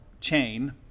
chain